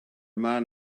man